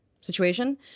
situation